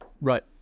Right